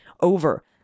over